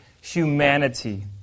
humanity